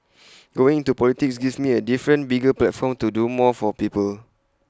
going into politics gives me A different bigger platform to do more for people